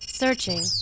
searching